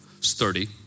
sturdy